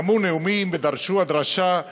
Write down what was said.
נאמו נאומים ודרשו הדרשה,